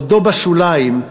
עודו בשוליים,